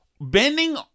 Bending